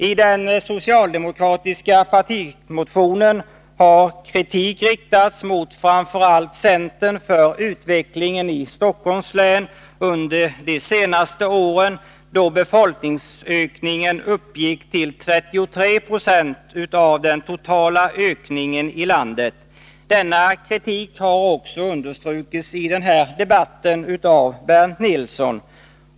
I den socialdemokratiska partimotionen har kritik riktats mot framför allt centern för utvecklingen i Stockholms län under de senaste åren, då befolkningsökningen uppgick till 33 26 av den totala ökningen i landet. Denna kritik har också understrukits i den här debatten av Bernt Nilsson.